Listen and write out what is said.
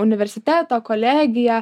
universitetą kolegiją